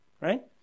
right